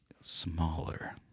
smaller